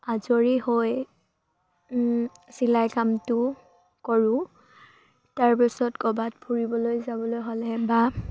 আজৰি হৈ চিলাই কামটো কৰোঁ তাৰপিছত ক'ৰবাত ফুৰিবলৈ যাবলৈ হ'লে বা